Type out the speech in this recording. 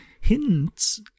hints